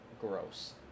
gross